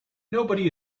nobody